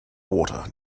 water